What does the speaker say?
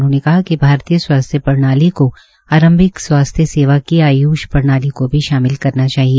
उन्होंने कहा कि भारतीय स्वास्थ्य प्रणाली को आंरभिक स्वास्थ्य सेवा की आयूष प्रणाली को भी शामिल करना चाहिए